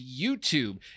YouTube